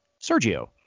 Sergio